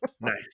Nice